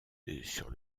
sur